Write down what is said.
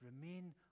remain